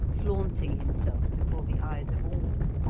flaunting himself before the eyes of all.